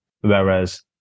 Whereas